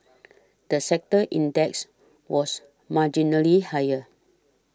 the sector index was marginally higher